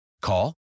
Call